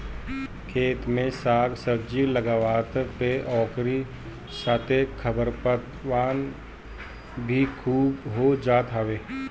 खेत में साग सब्जी लगवला पे ओकरी साथे खरपतवार भी खूब हो जात हवे